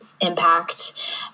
impact